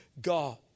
God